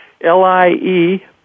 L-I-E